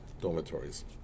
dormitories